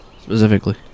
specifically